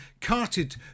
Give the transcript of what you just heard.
carted